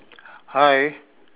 hi